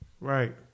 Right